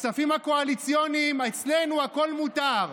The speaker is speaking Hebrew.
הכספים הקואליציוניים, אצלנו הכול מותר: